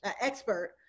expert